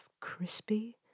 crispy